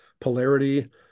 polarity